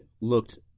looked